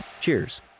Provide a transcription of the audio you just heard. cheers